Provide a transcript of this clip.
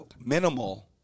minimal